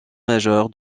majeur